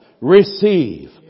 receive